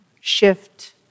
shift